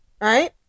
right